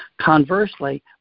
Conversely